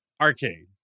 Arcade